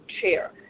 chair